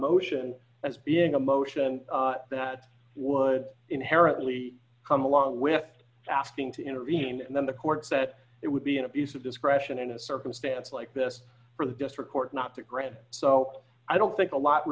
motion as being a motion that would inherently come along with asking to intervene and then the courts that it would be an abuse of discretion in a circumstance like this for the district court not to grant so i don't think a lot